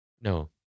no